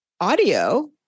audio